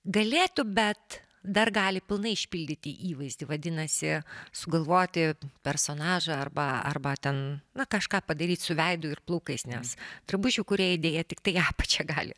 galėtų bet dar gali pilnai išpildyti įvaizdį vadinasi sugalvoti personažą arba arba ten na kažką padaryt su veidu ir plaukais nes drabužių kūrėjai deja tiktai apačia gali